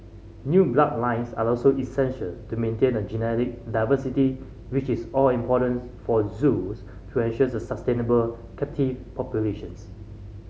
new bloodlines are also essential to maintain a genetic diversity which is all importance for zoos to ensure the sustainable captive populations